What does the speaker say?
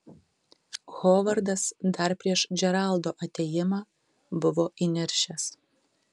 hovardas dar prieš džeraldo atėjimą buvo įniršęs